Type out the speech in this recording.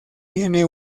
tiene